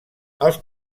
els